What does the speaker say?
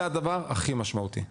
זה הדבר הכי משמעותי.